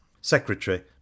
Secretary